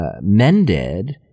mended